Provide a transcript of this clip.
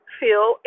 feel